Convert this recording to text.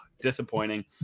disappointing